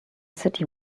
city